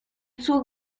suo